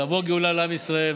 תבוא גאולה לעם ישראל,